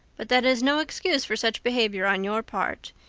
but that is no excuse for such behavior on your part.